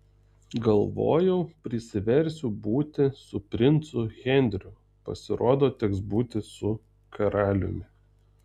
galvojau prisiversiu būti su princu henriu pasirodo teks būti su karaliumi